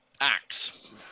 axe